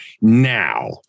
now